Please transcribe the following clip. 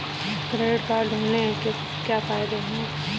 Credit card होने के क्या फायदे हैं?